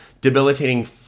debilitating